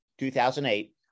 2008